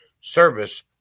service